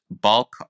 bulk